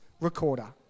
recorder